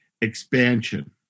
expansion